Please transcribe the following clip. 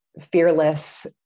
fearless